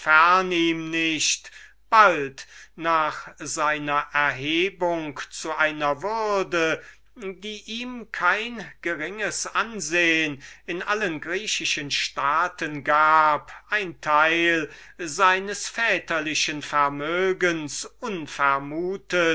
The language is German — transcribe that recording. bald nach seiner erhebung zu einer würde welche ihm in allen griechischen staaten kein geringes ansehen gab ein teil seines väterlichen vermögens